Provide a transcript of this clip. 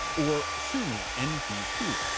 or suomi npp.